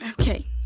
Okay